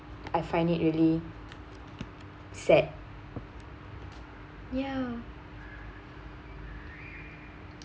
I find it really sad ya